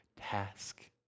task